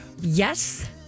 Yes